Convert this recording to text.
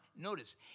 notice